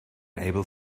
able